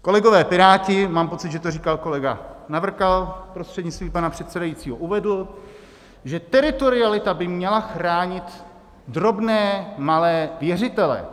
Kolegové Piráti, mám pocit, že to říkal kolega Navrkal, prostřednictvím pana předsedajícího, uvedl, že teritorialita by měla chránit drobné, malé věřitele.